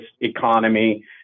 economy